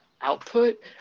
output